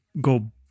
go